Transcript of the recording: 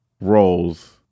roles